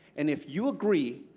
and if you agree,